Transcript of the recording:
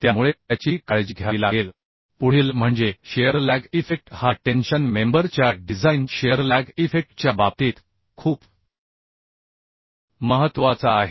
त्यामुळे त्याचीही काळजी घ्यावी लागेल पुढील म्हणजे शिअर लॅग इफेक्ट हा टेन्शन मेंबर च्या डिझाइन शिअर लॅग इफेक्टच्या बाबतीत खूप महत्त्वाचा आहे